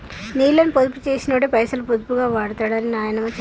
నీళ్ళని పొదుపు చేసినోడే పైసలు పొదుపుగా వాడుతడని నాయనమ్మ చెప్పేది